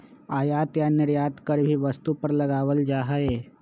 आयात या निर्यात कर भी वस्तु पर लगावल जा हई